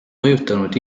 mõjutanud